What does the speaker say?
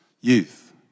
youth